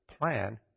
plan